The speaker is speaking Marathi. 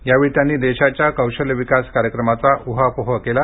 यावेळी त्यांनी देशाच्या कौशल्य विकास कार्यक्रमाचा ऊहापोह केला